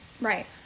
Right